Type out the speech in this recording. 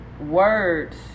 words